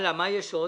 מה יש עוד?